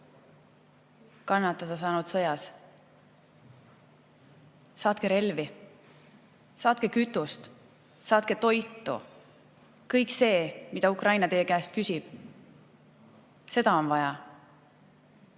kannatada saanud sõjas. Saatke relvi, saatke kütust, saatke toitu – kõike seda, mida Ukraina teie käest küsib. Seda on vaja.